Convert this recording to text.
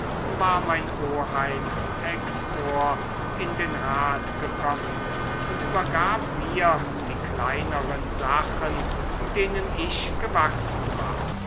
war mein oheim textor in den rat gekommen und übergab mir die kleineren sachen denen ich gewachsen war